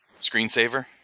Screensaver